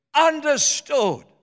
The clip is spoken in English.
understood